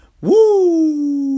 Woo